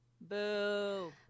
boo